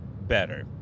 better